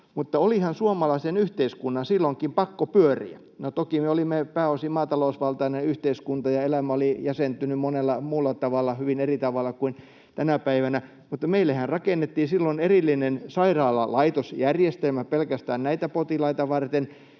olihan suomalaisen yhteiskunnan silloinkin pakko pyöriä. No, toki me olimme pääosin maatalousvaltainen yhteiskunta, ja elämä oli jäsentynyt monella muulla tavalla hyvin eri tavalla kuin tänä päivänä, mutta meillehän rakennettiin silloin erillinen sairaalalaitosjärjestelmä pelkästään näitä potilaita varten.